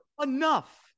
enough